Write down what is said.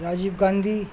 Rajiv Gandhi